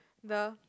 the